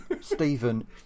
Stephen